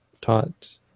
taught